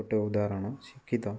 ଗୋଟେ ଉଦାହରଣ ଶିକ୍ଷିତ